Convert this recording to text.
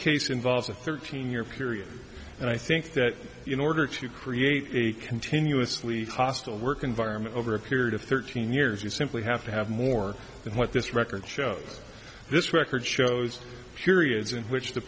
case involves a thirteen year period and i think that you know order to create a continuously hostile work environment over a period of thirteen years you simply have to have more than what this record shows this record shows periods in which the